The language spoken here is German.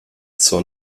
zur